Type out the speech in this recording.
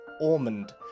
Ormond